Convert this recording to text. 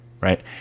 Right